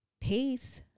peace